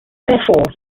therefore